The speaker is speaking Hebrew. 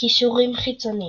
קישורים חיצוניים